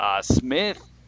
Smith